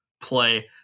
play